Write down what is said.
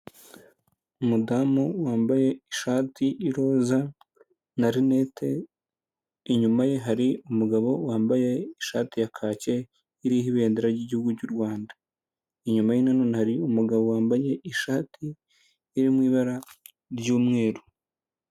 Umudamu wambaye ishati y'iroza na rinete, inyuma ye hari umugabo wambaye ishati ya kake iriho ibendera ry'igihugu ryu Rwanda, inyuma ye none hari umugabo wambaye ishati iri mu ibara ry'umweru.